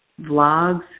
vlogs